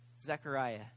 Zechariah